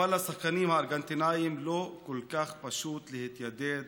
אבל לשחקנים הארגנטינים לא כל כך פשוט להתיידד